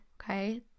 okay